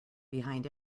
behind